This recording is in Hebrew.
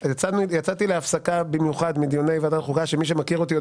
יצאתי להפסקה במיוחד מדיוני ועדת חוקה לדקה מי שמכיר אותי,